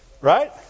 right